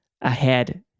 ahead